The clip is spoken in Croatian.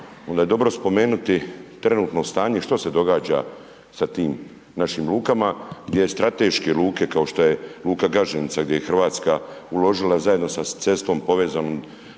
onda je dobro spomenuti trenutno stanje što se događa sa tim našim lukama gdje strateške luke kao što je luka Gaženica gdje je Hrvatska uložila zajedno sa cestom povezanom